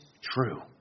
true